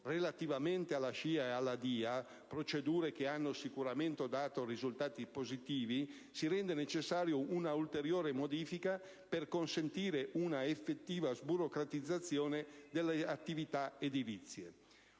relativamente alla SCIA e alla DIA, procedure che hanno sicuramente dato risultati positivi, si rende necessaria una ulteriore modifica per consentire una effettiva sburocratizzazione delle attività edilizie.